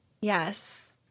Yes